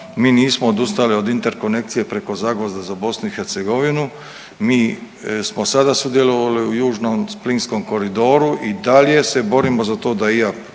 mi nismo odustali od Interkonekcije preko Zagvozda za BiH, mi smo sada sudjelovali u južnom plinskom koridoru i dalje se borimo za to da